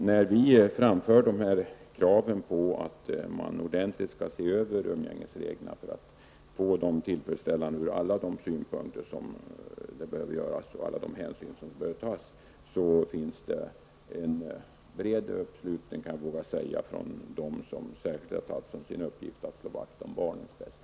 När vi framför vårt krav på att man ordentligt skall se över umgängesreglerna för att få dem tillfredsställande ur alla synpunkter, och med tanke på de hänsyn som bör tas finns det en bred uppslutning, vågar jag säga, från dem som särskilt har tagit till sin uppgift att slå vakt om barnens bästa.